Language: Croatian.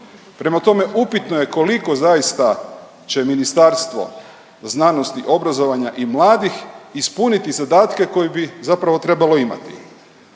Prema tome, upitno je koliko zaista će Ministarstvo znanosti, obrazovanja i mladih ispuniti zadatke koje bi zapravo trebalo imati.